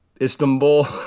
Istanbul